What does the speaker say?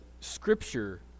Scripture